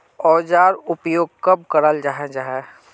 औजार उपयोग कब कराल जाहा जाहा?